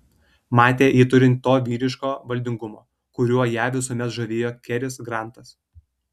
matė jį turint to vyriško valdingumo kuriuo ją visuomet žavėjo keris grantas